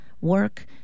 work